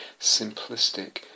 simplistic